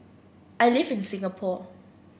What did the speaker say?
I live in Singapore